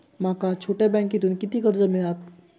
माका छोट्या बँकेतून किती कर्ज मिळात?